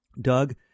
Doug